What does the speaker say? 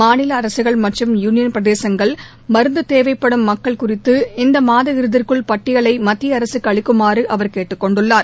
மாநில அரசுகள் மற்றும் யூளியள் பிரதேசஙக்ள் மருந்து தேவைப்படும் மக்கள் குறித்து இந்த மாத இறதிக்குள் பட்டியலை மத்திய அரசுக்கு அளிக்குமாறு அவர் கேட்டுக் கொண்டுள்ளார்